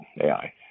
AI